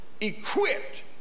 equipped